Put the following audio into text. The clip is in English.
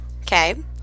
Okay